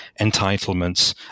entitlements